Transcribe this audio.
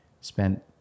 spent